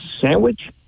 Sandwich